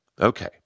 Okay